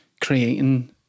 creating